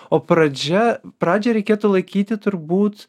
o pradžia pradžią reikėtų laikyti turbūt